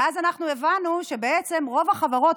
ואז אנחנו הבנו שרוב החברות,